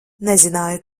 nezināju